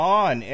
on